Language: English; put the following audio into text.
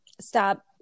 stop